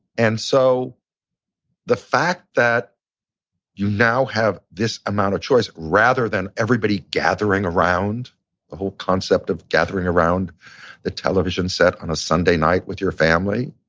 and so the fact that you now have this amount of choice, rather than everybody gathering around, the whole concept of gathering around the television set on a sunday night with your family.